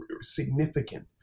significant